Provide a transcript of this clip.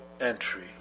entry